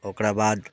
ओकरा बाद